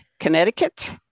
Connecticut